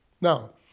Now